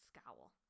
scowl